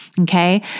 Okay